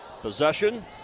Possession